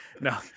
No